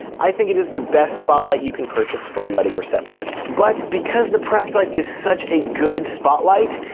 i think it is the best spotlight you can purchase for a wedding reception. but because the practilite is such a good spotlight,